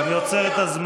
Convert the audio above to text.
מה איתה?